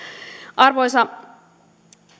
arvoisa